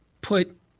put